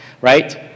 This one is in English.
right